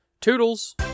toodles